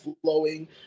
flowing